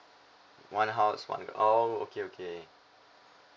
one house one oh okay okay